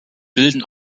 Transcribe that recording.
bilden